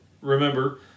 remember